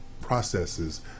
processes